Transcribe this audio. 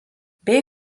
bei